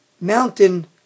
mountain